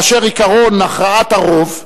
כאשר עקרון "הכרעת הרוב"